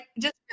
just-